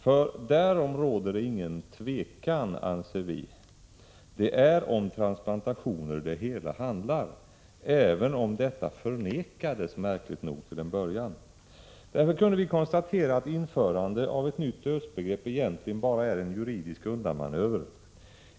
För — därom råder ingen tvekan, anser vi — det är om transplantationer det hela handlar, även om detta märkligt nog förnekades till en början. Därför kunde vi konstatera att införande av ett nytt dödsbegrepp egentligen bara är en juridisk undanmanöver.